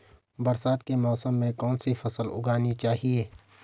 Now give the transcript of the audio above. बरसात के मौसम में कौन सी फसल उगानी चाहिए?